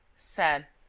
said,